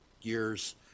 years